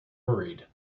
worried